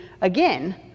again